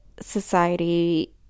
society